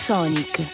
Sonic